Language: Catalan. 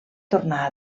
tornà